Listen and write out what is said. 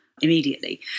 immediately